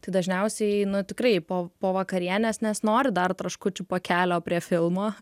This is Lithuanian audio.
tai dažniausiai nu tikrai po po vakarienės nesinori dar traškučių pakelio prie filmo